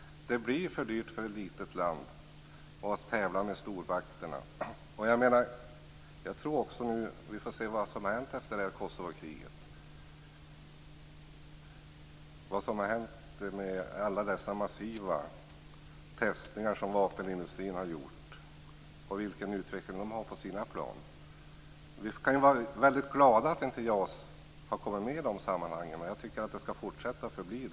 Det blir för dyrt för ett litet land att tävla med stormakterna. Vi får också se hur läget är efter Kosovokriget, där vapenindustrin har fått göra massiva testningar, och vart utvecklingen av planen då kommer att gå. Vi kan vara väldigt glada över att JAS inte har kommit med i de sammanhangen, och jag tycker att det skall fortsätta att vara så.